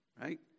Right